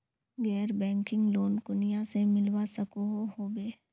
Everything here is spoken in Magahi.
गैर बैंकिंग लोन कुनियाँ से मिलवा सकोहो होबे?